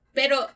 pero